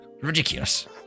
Ridiculous